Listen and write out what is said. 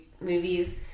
movies